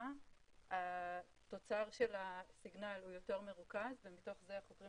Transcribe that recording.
נמוכה התוצר של הסיגנל יותר מרוכז ומתוך זה החוקרים